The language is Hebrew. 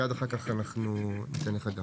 התייחסנו כבר